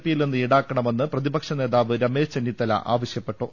പിയിൽ നിന്ന് ഈടാക്കണമെന്ന് പ്രതിപക്ഷനേതാവ് രമേശ് ചെന്നിത്തല ആവശ്യപ്പെട്ടു